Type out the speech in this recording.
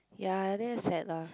ya and then sad lah